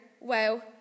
Wow